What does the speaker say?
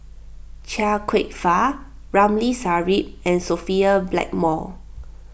Chia Kwek Fah Ramli Sarip and Sophia Blackmore